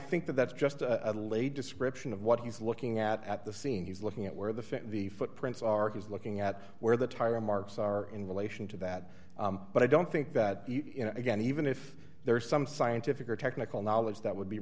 that that's just a lay description of what he's looking at at the scene he's looking at where the the footprints are he's looking at where the tire marks are in relation to that but i don't think that you know again even if there is some scientific or technical knowledge that would be